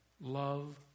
love